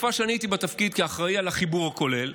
בתקופה שאני הייתי בתפקיד כאחראי לחיבור הכולל,